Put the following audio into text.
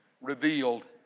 revealed